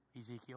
Ezekiel